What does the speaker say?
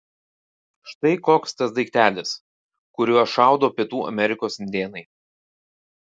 štai koks tas daiktelis kuriuo šaudo pietų amerikos indėnai